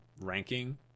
ranking